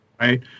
right